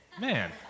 Man